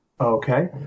Okay